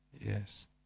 Yes